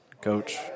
Coach